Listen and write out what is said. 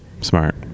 smart